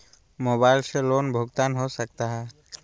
Mobile से loan भुगतान हो सकता है?